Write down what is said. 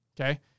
Okay